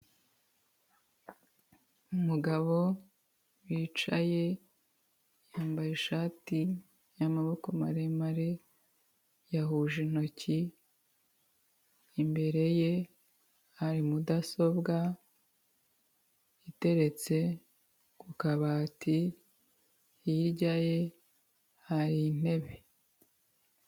Umugabo wicaye yambaye ishati y' amaboko maremareyahuje intoki ,imbere ye hari mudasobwa itertse ku kabati hirya ye hari intebe.